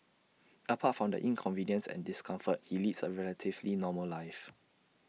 apart from the inconvenience and discomfort he leads A relatively normal life